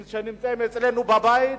שנמצאים אצלנו בבית,